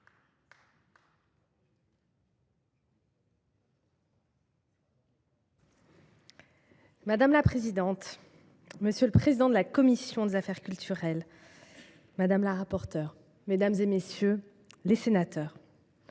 Madame la présidente, monsieur le président de la commission de la culture, madame la rapporteure, mesdames, messieurs les sénateurs,